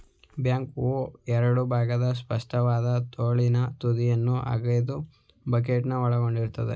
back ಹೋ ಎರಡು ಭಾಗದ ಸ್ಪಷ್ಟವಾದ ತೋಳಿನ ತುದಿಯಲ್ಲಿ ಅಗೆಯೋ ಬಕೆಟ್ನ ಒಳಗೊಂಡಿರ್ತದೆ